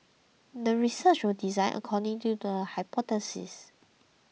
the research was designed according to the hypothesis